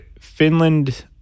Finland